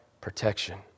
protection